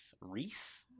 Reese